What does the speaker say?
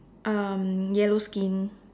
um yellow skin